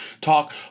talk